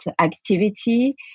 activity